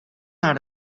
naar